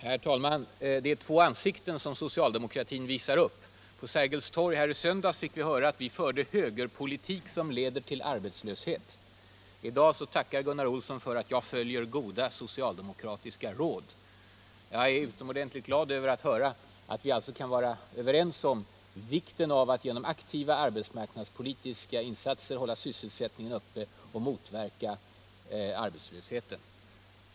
Herr talman! Det är två ansikten som socialdemokratin visar upp. På Sergels torg i söndags fick vi höra att vi för ”högerpolitik, som leder till arbetslöshet”. I dag tackar Gunnar Olsson för att jag ”följer goda socialdemokratiska råd”. Jag är utomordentligt glad över att höra att vi alltså nu kan vara överens om vikten av att genom arbetsmarknadspolitiska insatser hålla sysselsättningen uppe och motverka arbetslösheten.